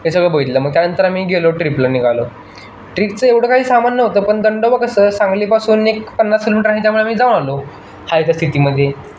हे सगळं बघितलं मग त्यानंतर आम्ही गेलो ट्रिपला निघालो ट्रिपचं एवढं काही सामान नव्हतं पण दंडोबा कसं सांगलीपासून एक पन्नास किलोमीटर आहे त्यामुळे आम्ही जाऊन आलो आहे त्या स्थितीमध्ये